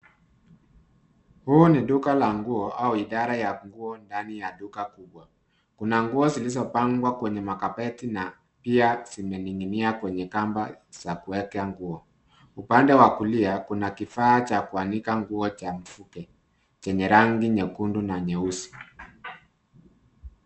Huu ni duka la nguo au idara ya nguo ndani ya duka kubwa, kuna nguo zilizopangwa kwenye makabati na pia zimening'inia kwenye kamba za kuweka nguo. Upande wa kulia kuna kifaa cha kuanika nguo cha mvuke chenye rangi nyekundu na nyeusi.